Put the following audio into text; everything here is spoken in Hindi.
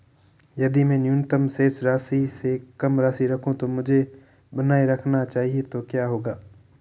यदि मैं न्यूनतम शेष राशि से कम राशि रखूं जो मुझे बनाए रखना चाहिए तो क्या होगा?